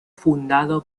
fundado